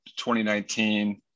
2019